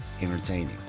entertaining